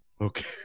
Okay